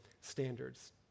standards